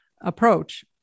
approach